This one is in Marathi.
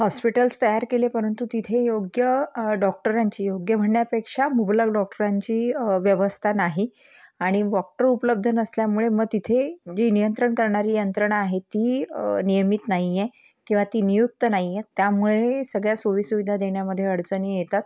हॉस्पिटल्स तयार केले परंतु तिथे योग्य डॉक्टरांची योग्य म्हणण्यापेक्षा मुबलक डॉक्टरांची व्यवस्था नाही आणि वॉक्टर उपलब्ध नसल्यामुळे मग तिथे जी नियंत्रण करणारी यंत्रणा आहे ती नियमित नाही आहे किंवा ती नियुक्त नाही आहे त्यामुळे सगळ्या सोई सुविधा देण्यामध्ये अडचणी येतात